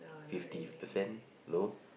fifty percent no